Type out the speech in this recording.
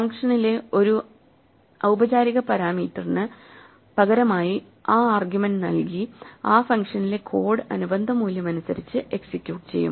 ഫംഗ്ഷനിലെ ഒരുപചാരിക പാരാമീറ്ററിന് പകരമായി ആ ആർഗ്യുമെന്റ് നൽകി ആ ഫംഗ്ഷനിലെ കോഡ് അനുബന്ധ മൂല്യമനുസരിച്ച് എക്സിക്യൂട്ട് ചെയ്യും